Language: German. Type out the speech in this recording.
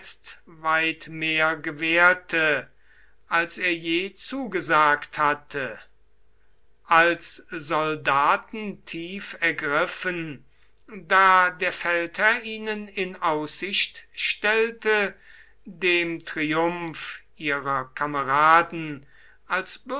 weit mehr gewährte als er je zugesagt hatte als soldaten tief ergriffen da der feldherr ihnen in aussicht stellte dem triumph ihrer kameraden als